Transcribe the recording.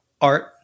Art